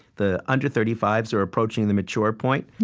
the under thirty five s are approaching the mature point.